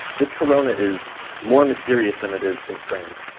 this corona is more mysterious than it is constrained.